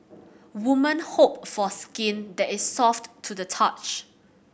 women hope for skin that is soft to the touch